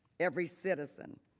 every citizen.